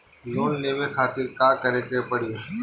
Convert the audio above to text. Loan लेवे खातिर का करे के पड़ी?